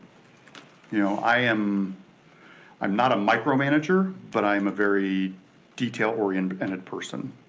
you know i am am not a micromanager, but i am a very detail oriented and and person.